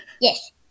Yes